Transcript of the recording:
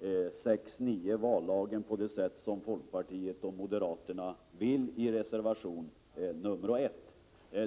6:9 vallagen på det sätt som folkpartiet och moderaterna yrkar på i reservation nr 1.